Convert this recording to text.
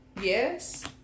Yes